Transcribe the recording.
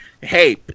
hey